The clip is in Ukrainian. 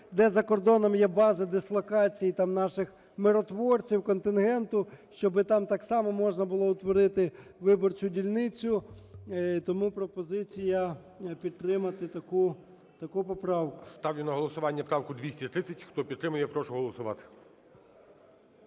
де за кордоном є база дислокації наших миротворців, контингенту, щоб там так само можна було утворити виборчу дільницю. Тому пропозиція підтримати таку поправку. ГОЛОВУЮЧИЙ. Ставлю на голосування правку 230. Хто підтримує, прошу голосувати.